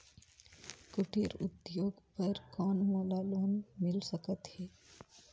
कुटीर उद्योग बर कौन मोला लोन मिल सकत हे?